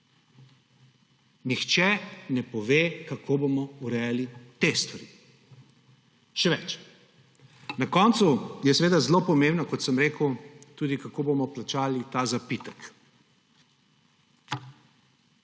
Nihče ne pove, kako bomo urejali te stvari. Še več, na koncu je seveda zelo pomembno, kot sem rekel, tudi kako bomo plačali ta zapitek.